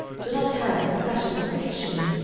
do not have professors of fiction,